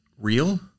real